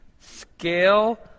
Scale